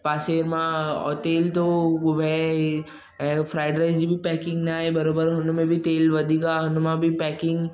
पासे मां तेल थो वहे ऐं फ्राइड राइस जी बि पेकिंग नाहे बराबरि हुन में बि तेल वधीक आहे हुन मां बि पेकिंग